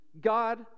God